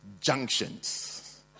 junctions